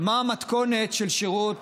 מה המתכונת של שירות